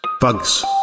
Bugs